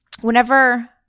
whenever